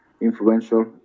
influential